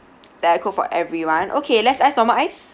diet coke for everyone okay less ice normal ice